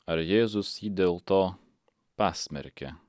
ar jėzus jį dėl to pasmerkia